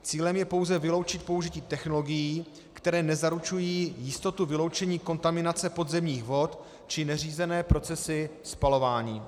Cílem je pouze vyloučit použití technologií, které nezaručují jistotu vyloučení kontaminace podzemních vod či neřízené procesy spalování.